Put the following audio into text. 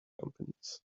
companies